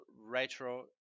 retro